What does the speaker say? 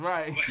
Right